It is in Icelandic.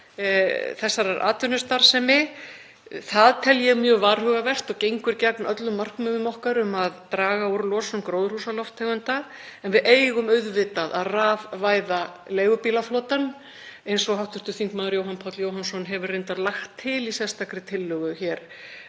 þessarar atvinnustarfsemi, að ég tel það mjög varhugavert og það gengur gegn öllum markmiðum okkar um að draga úr losun gróðurhúsalofttegunda. En við eigum auðvitað að rafvæða leigubílaflotann eins og hv. þm. Jóhann Páll Jóhannsson hefur reyndar lagt til í sérstakri tillögu hér